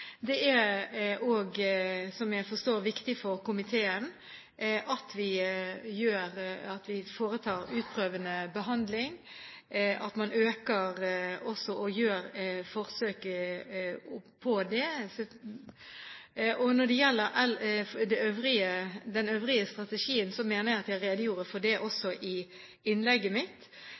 er også, etter det jeg forstår, viktig for komiteen at vi foretar utprøvende behandling, at man øker og gjør forsøk på det. Når det gjelder den øvrige strategien, mener jeg at jeg redegjorde for det også innlegget mitt.